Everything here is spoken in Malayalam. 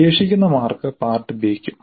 ശേഷിക്കുന്ന മാർക്ക് പാർട്ട് ബി ക്കും